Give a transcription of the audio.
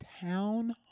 Town